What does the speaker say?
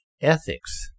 Ethics